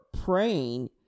praying